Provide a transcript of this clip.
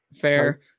fair